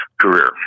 career